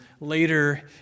later